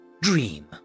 Dream